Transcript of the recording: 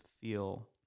feel